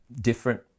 different